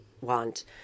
want